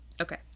Okay